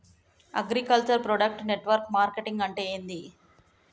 Agriculture product network marketing అంటే ఏంది?